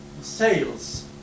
sales